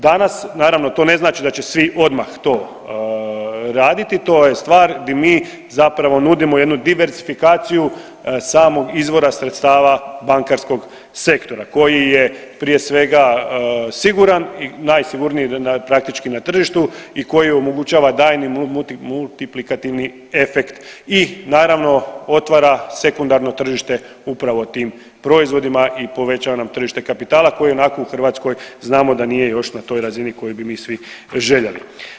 Danas naravno to ne znači da će svi odmah to raditi, to je stvar gdje mi zapravo nudimo jednu diverzifikaciju samog izvora sredstava bankarskog sektora koji je prije svega siguran, najsigurniji praktički na tržištu i koji omogućava daljnji multiplikativni efekt i naravno otvara sekundarno tržište upravo tim proizvodima i povećava nam tržište kapitala koji i onako u Hrvatskoj znamo da nije na toj razini koju bi mi svi željeli.